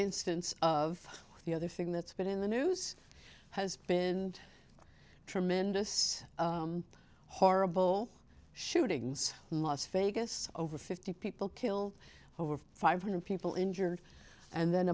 instance of the other thing that's been in the news has been tremendous horrible shootings most fagan over fifty people kill over five hundred people injured and then